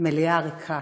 מליאה ריקה,